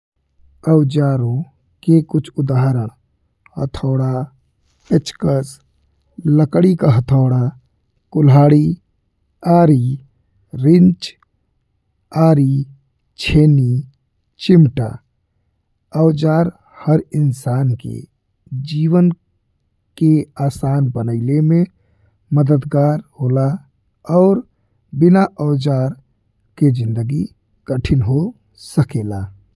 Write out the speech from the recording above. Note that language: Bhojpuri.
औज़ारों के कुछ उदाहरण हथौड़ा, पेचकस, लकड़ी का हथौड़ा, कुल्हाड़ी, आरी, रिंच, आरी, चेनी, चिमटा। औज़ार हर इंसान के जीवन के आसान बनिले में मददगार होना और बिना औज़ार के जिंदगी कठिन हो सकेला।